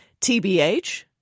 TBH